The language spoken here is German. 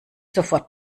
sofort